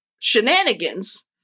shenanigans